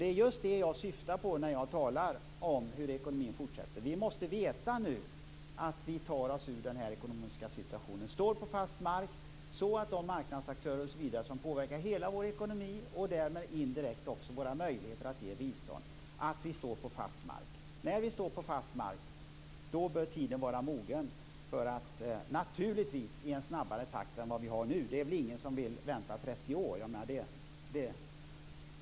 Det är just det jag syftar på när jag talar om hur ekonomin fortsätter. De marknadsaktörer osv. som påverkar hela vår ekonomi och därmed indirekt också våra möjligheter att ge bistånd måste veta att vi tar oss ur den ekonomiska situationen och står på fast mark. När vi står på fast mark bör tiden vara mogen för att trappa upp. Det skall naturligtvis ske i en snabbare takt än nu. Det är väl ingen som vill vänta i 30 år.